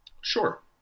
Sure